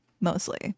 mostly